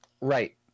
Right